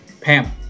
Pam